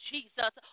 Jesus